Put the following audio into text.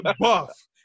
buff